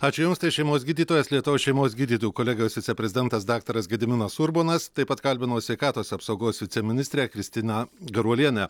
ačiū jums tai šeimos gydytojas lietuvos šeimos gydytojų kolegijos viceprezidentas daktaras gediminas urbonas taip pat kalbinau sveikatos apsaugos viceministrę kristiną garuolienę